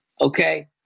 okay